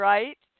Right